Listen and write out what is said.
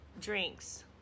drinks